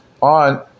on